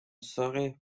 surrey